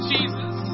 Jesus